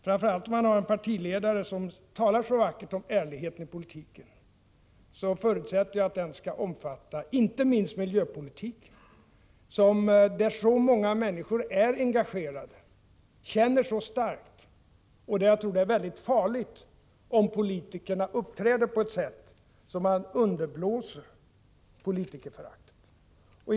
Framför allt om man har en partiledare som talar så vackert om ärlighet i politiken, förutsätter jag att den skall omfatta inte minst miljöpolitiken, där så många människor är engagerade och känner så starkt och där jag tror det är mycket farligt om politiker uppträder på sådant sätt att man underblåser politikerföraktet.